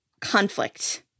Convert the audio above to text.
conflict